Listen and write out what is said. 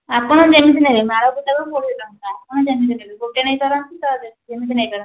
ଆପଣ ଯେମିତି ନେବେ ମାଳ ଗୋଟାକୁ କୋଡ଼ିଏ ଟଙ୍କା ଆପଣ ଯେମିତି ନେବେ ଗୋଟେ ନେଇପାରନ୍ତି ଯେମିତି ନେଇପାରନ୍ତି